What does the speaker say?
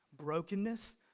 brokenness